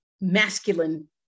masculine